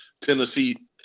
Tennessee